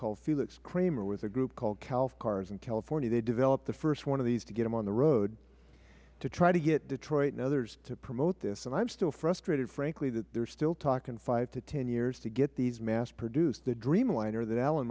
named felix kramer with a group called calcars in california they developed the first one of these to get them on the road to try to get detroit and others to promote this and i am still frustrated frankly that they are still talking five to ten years to get these mass produced the dreamliner that alan